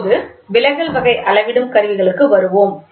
இப்போது விலகல் வகை அளவிடும் கருவிகளுக்கு வருவோம்